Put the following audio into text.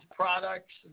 products